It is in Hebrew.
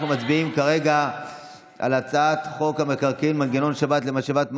אנחנו מצביעים כרגע על הצעת חוק המקרקעין (מנגנון שבת למשאבת מים),